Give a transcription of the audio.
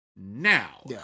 now